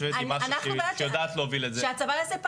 לשבת עם מריה שיודעת להוביל את זה.